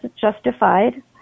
justified